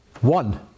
One